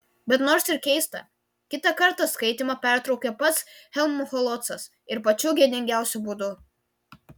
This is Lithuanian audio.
bet nors ir keista kitą kartą skaitymą pertraukė pats helmholcas ir pačiu gėdingiausiu būdu